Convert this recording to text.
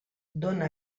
dóna